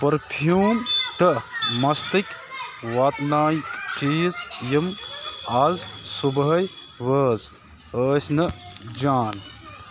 perfume تہٕ مَستٕکۍ واتنایِکۍ چیٖز یِم آز صُبحٲے وٲز ٲسۍ نہٕ جان